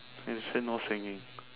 they'll say no singing